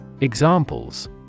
Examples